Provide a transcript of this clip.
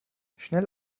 schnell